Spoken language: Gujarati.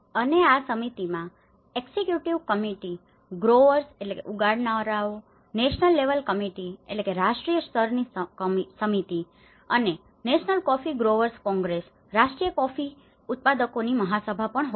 અને આ સમિતિમાં એક્સિક્યુટિવ કમિટી executive committeeવહીવટી સમિતિ ગ્રોવર્સ growers ઉગાડનારાઓ national level committee national level committeeરાષ્ટ્રીય સ્તરની સમિતિ અને national coffee growers congress national coffee growers congressરાષ્ટ્રીય કોફી ઉત્પાદકોની મહાસભા પણ હોય છે